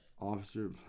officer